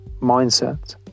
mindset